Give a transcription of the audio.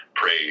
Praise